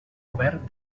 obert